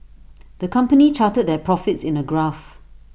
the company charted their profits in A graph